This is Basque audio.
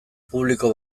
publiko